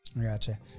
Gotcha